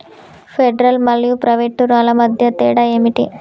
Federal మరియు private రుణాల మధ్య తేడా ఏమిటి?